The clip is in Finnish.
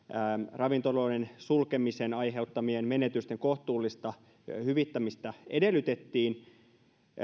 ravintoloiden sulkemisen aiheuttamien menetysten kohtuullista hyvittämistä edellytettiin